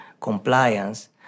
compliance